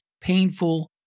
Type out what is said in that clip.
painful